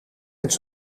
eens